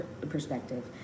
perspective